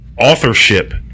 authorship